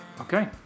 Okay